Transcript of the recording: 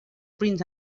prince